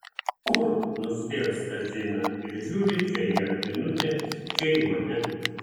kur nustėrsta zina ir žiūri čia į albinutę čia į mane